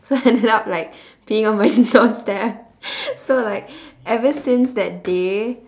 so I ended up like peeing on my doorstep so like ever since that day